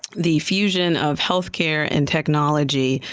the fusion of healthcare and technology,